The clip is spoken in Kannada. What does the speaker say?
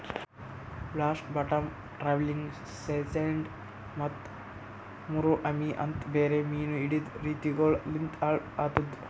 ಬ್ಲಾಸ್ಟ್, ಬಾಟಮ್ ಟ್ರಾಲಿಂಗ್, ಸೈನೈಡ್ ಮತ್ತ ಮುರೋ ಅಮಿ ಅಂತ್ ಬೇರೆ ಮೀನು ಹಿಡೆದ್ ರೀತಿಗೊಳು ಲಿಂತ್ ಹಾಳ್ ಆತುದ್